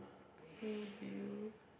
hey Bill